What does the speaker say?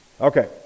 okay